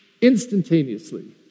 instantaneously